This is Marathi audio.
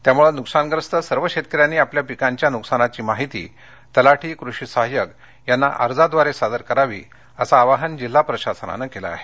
तरी नुकसानग्रस्त सर्व शेतकऱ्यांनी आपल्या पिकांच्या नुकसानीची माहिती तलाठी कृषि सहाय्यक यांना अर्जाद्वारे सादर करावी अस आवाहन जिल्हा प्रशासनान केल आहे